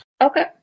Okay